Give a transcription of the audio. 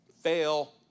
fail